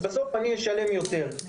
כך שבסוף אני אשלם יותר.